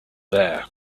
there